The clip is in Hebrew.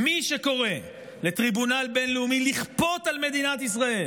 מי שקורא לטריבונל בין-לאומי לכפות על מדינת ישראל